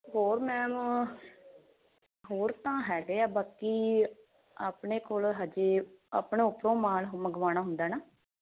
ਹੋਰ ਮੈਮ ਹੋਰ ਤਾਂ ਹੈਗੇ ਆ ਬਾਕੀ ਆਪਣੇ ਕੋਲ ਹਜੇ ਆਪਣਾ ਉਪਰੋਂ ਮਾਲ ਮੰਗਵਾਉਣਾ ਹੁੰਦਾ ਨਾ